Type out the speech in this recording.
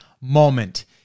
moment